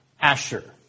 Asher